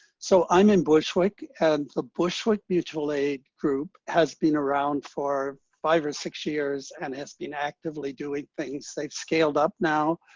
so i'm in bushwick, and the bushwick mutual aid group has been around for five or six years and has been actively doing things. they've scaled up now,